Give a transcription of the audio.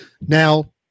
Now